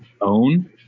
own